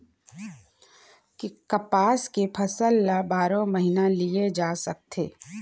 कपसा के फसल ल बारो महिना लिये जा सकत हे